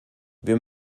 wir